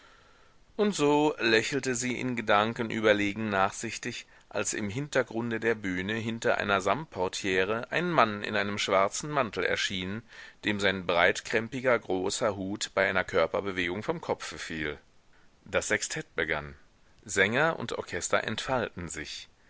und so lächelte sie in gedanken überlegen nachsichtig als im hintergrunde der bühne hinter einer samtportiere ein mann in einem schwarzen mantel erschien dem sein breitkrempiger großer hut bei einer körperbewegung vom kopfe fiel das sextett begann sänger und orchester entfalten sich